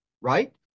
right